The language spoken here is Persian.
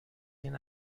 این